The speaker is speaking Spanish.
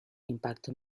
impacto